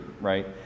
right